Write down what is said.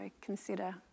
consider